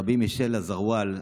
רבי מישל אזרואל,